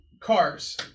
cars